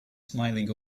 smiling